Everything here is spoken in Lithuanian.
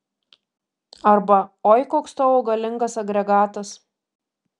arba oi koks tavo galingas agregatas